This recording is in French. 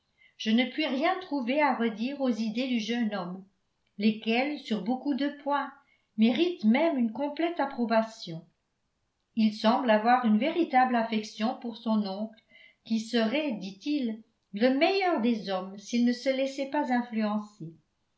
je ne puis rien trouver à redire aux idées du jeune homme lesquelles sur beaucoup de points méritent même une complète approbation il semble avoir une véritable affection pour son oncle qui serait dit-il le meilleur des hommes s'il ne se laissait pas influencer